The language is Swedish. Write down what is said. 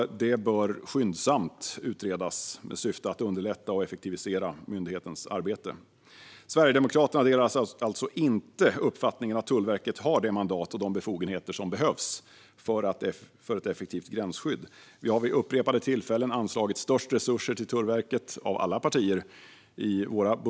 Detta bör skyndsamt utredas med syfte att underlätta och effektivisera myndighetens arbete. Sverigedemokraterna delar alltså inte uppfattningen att Tullverket har det mandat och de befogenheter som behövs för ett effektivt gränsskydd. Vi har i våra budgetmotioner vid upprepade tillfällen anslagit mest resurser till Tullverket av alla partier.